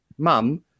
Mum